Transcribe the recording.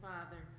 Father